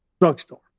drugstore